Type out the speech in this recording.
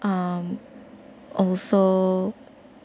um also